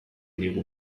digu